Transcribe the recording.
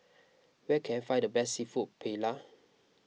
where can I find the best Seafood Paella